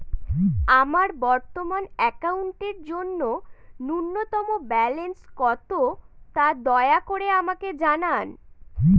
আমার বর্তমান অ্যাকাউন্টের জন্য ন্যূনতম ব্যালেন্স কত, তা দয়া করে আমাকে জানান